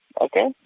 okay